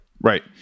Right